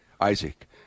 Isaac